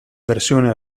versione